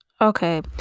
Okay